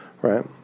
right